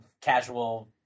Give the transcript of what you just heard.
casual